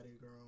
girl